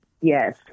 Yes